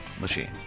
Machine